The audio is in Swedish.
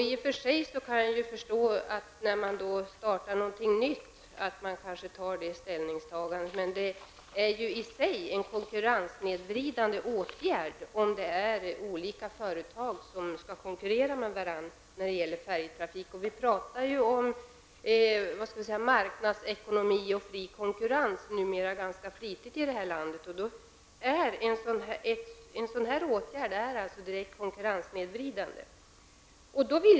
I och för sig kan jag förstå att man gör det ställningstagandet när det gäller att starta någonting nytt. Men det är också en konkurrenssnedvridande åtgärd, om det är olika företag som skall konkurrera med varandra om färjetrafik. Vi talar om marknadsekonomi och fri konkurrens numera ganska flitigt i det här landet. Men en sådan här åtgärd är som sagt direkt konkurrenssnedvridande.